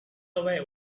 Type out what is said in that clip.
away